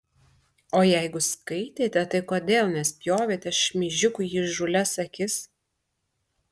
o jeigu skaitėte tai kodėl nespjovėte šmeižikui į įžūlias akis